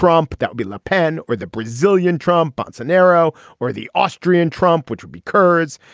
trump that would be le pen or the brazilian trump bunsen arrow or the austrian trump which would be kurds.